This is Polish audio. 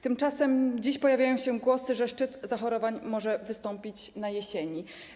Tymczasem dziś pojawiają się głosy, że szczyt zachorowań może wystąpić na jesieni.